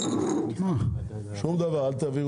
לא לפתור